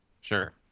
sure